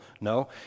No